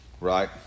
right